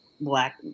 black